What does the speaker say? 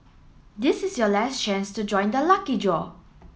this is your last chance to join the lucky draw